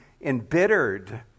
embittered